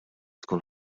tkun